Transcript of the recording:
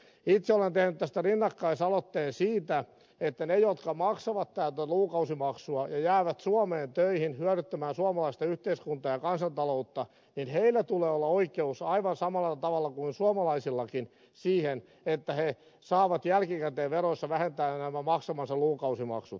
itse olen tehnyt rinnakkaisaloitteen siitä että he jotka maksavat täällä lukukausimaksua ja jäävät suomeen töihin hyödyttämään suomalaista yhteiskuntaa ja kansantaloutta niin heillä tulee olla oikeus aivan samalla tavalla kuin suomalaisillakin siihen että he saavat jälkikäteen veroissa vähentää nämä maksamansa lukukausimaksut